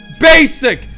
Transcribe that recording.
basic